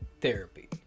therapy